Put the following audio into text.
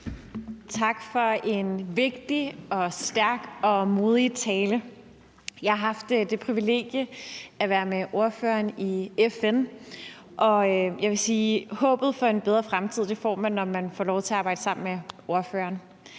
Tak for en vigtig, stærk og modig tale. Jeg har haft det privilegie at være med ordføreren i FN, og jeg vil sige, at håbet for en bedre fremtid får man, når man får lov til at arbejde sammen med ordføreren.